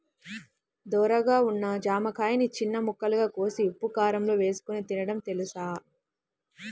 ధోరగా ఉన్న జామకాయని చిన్న ముక్కలుగా కోసి ఉప్పుకారంలో ఏసుకొని తినడం తెలుసా?